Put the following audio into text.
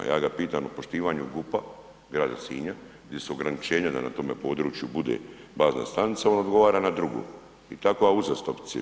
Ja ga pitam o poštivanju GUP-a grada Sinja, gdje su ograničenja da na tome području bude bazna stanica, on odgovara na drugo i tako uzastopce.